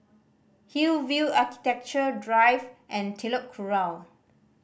Hillview Architecture Drive and Telok Kurau